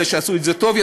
אלה שעשו את זה טוב יותר,